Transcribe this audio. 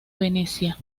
venecia